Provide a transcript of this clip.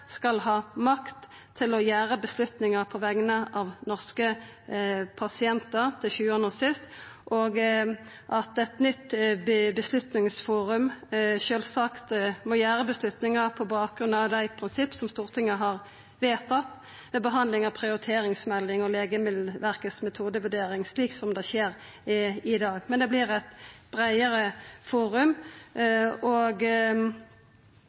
skal ha makt til å ta avgjerder på vegner av norske pasientar, til sjuande og sist, og at eit nytt beslutningsforum sjølvsagt må ta avgjerder på bakgrunn av dei prinsippa som Stortinget har vedtatt ved behandling av prioriteringsmeldinga, og metodevurderinga frå Legemiddelverket, slik det skjer i dag. Det vert eit breiare forum.